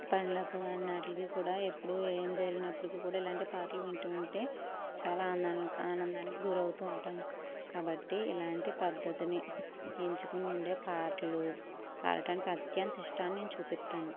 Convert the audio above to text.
పండ్లకు వాటన్నిటికి కూడా ఎప్పుడూ ఏమి జరిగినప్పటికీ కూడా ఇలాంటి పాటలు వింటూ ఉంటే చాలా అందంగా ఆనందంగా గురవుతూ ఉంటాం కాబట్టి ఇలాంటి పద్ధతిని ఎంచుకుని ఉండే పాటలు పాడటానికి అత్యంత ఇష్టాన్ని నేను చూపిస్తాను